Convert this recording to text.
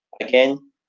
again